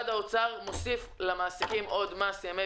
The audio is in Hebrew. משרד האוצר מוסיף למעסיקים עוד מס ימי